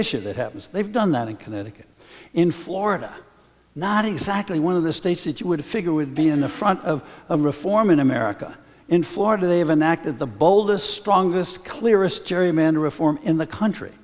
issue that happens they've done that in connecticut in florida not exactly one of the states that you would figure would be in the front of a reform in america in florida they haven't acted the boldest strongest clearest gerrymander reform in the country